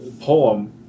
poem